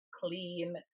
clean